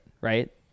right